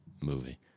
movie